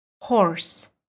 horse